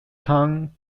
town